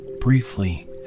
briefly